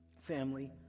family